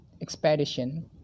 expedition